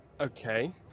okay